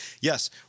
yes